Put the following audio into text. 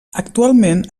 actualment